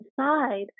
inside